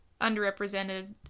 underrepresented